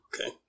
Okay